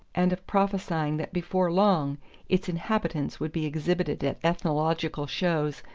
and of prophesying that before long its inhabitants would be exhibited at ethnological shows,